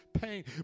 pain